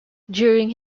during